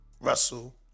Russell